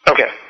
Okay